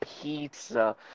pizza